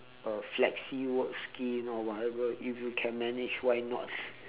a flexi work scheme or whatever if you can manage why not